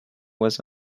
was